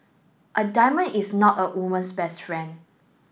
a diamond is not a woman's best friend